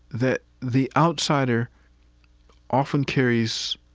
that the outsider often carries,